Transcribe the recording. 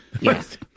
Yes